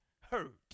hurt